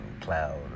cloud